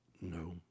No